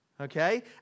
okay